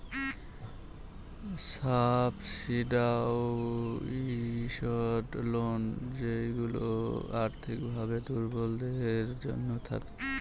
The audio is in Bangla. সাবসিডাইসড লোন যেইগুলা আর্থিক ভাবে দুর্বলদের জন্য থাকে